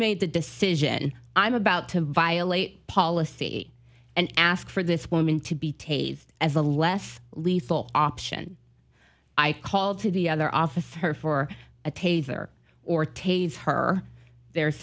made the decision i'm about to violate policy and ask for this woman to be tasered as a less lethal option i call to the other officer for a taser or tase her there is